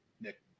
Nick